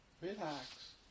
relax